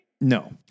No